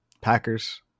Packers